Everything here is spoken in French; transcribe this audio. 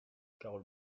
carole